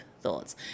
thoughts